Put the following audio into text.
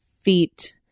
feet